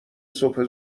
صبح